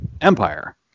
empire